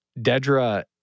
dedra